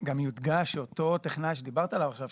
גם יודגש שאותו טכנאי שדיברת עליו עכשיו,